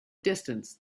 distance